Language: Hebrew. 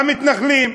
המתנחלים,